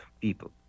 people